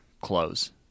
close